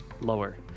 lower